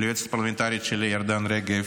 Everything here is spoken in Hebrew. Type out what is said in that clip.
ליועצת הפרלמנטרית שלי ירדן רגב,